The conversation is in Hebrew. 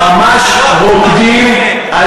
ממש רוקדים,